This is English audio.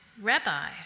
Rabbi